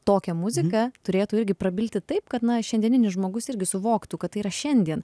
tokią muziką turėtų irgi prabilti taip kad na šiandieninis žmogus irgi suvoktų kad tai yra šiandien